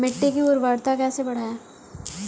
मिट्टी की उर्वरता कैसे बढ़ाएँ?